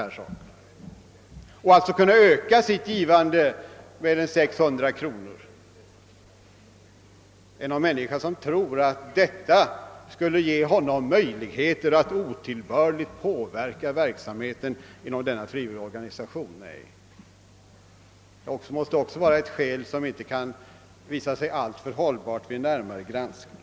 Han skulle alltså kunna öka sitt givande med cirka 600 kronor. Är det någon som tror att detta skulle ge honom möjlighet att otillbörligt påverka verksamheten inom denna frivilliga organisation? Nej, också detta skäl måste vid en närmare granskning visa sig inte vara särskilt hållbart. Herr talman!